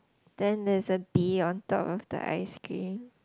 then there's a bee on top of the ice cream